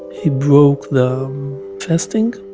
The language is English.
he broke the fasting.